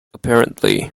apparently